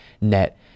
net